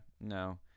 no